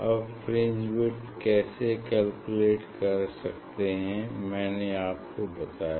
अब fringe width कैसे calculate कर सकते हैं मैंने आपको बताया